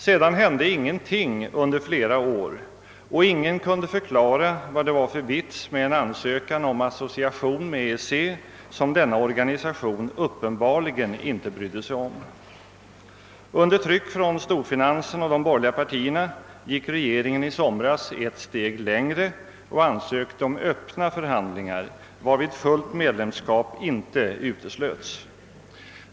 Sedan hände ingenting under flera år och ingen kunde förklara vad det var för »vits« med en ansökan om association med EEC, som denna organisation uppenbarligen inte brydde sig om. Under tryck från storfinansen och de borgerliga partierna gick regeringen i somras ett steg längre och ansökte om öppna förhandlingar, varvid fullt medlemskap inte uteslöts.